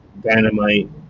Dynamite